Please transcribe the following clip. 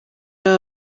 aba